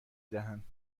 دهند